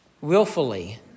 willfully